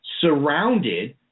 surrounded